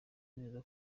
neza